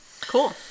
Cool